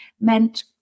meant